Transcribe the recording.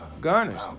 garnish